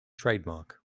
trademark